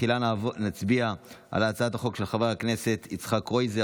תחילה נצביע על הצעת החוק של חבר הכנסת יצחק קרויזר,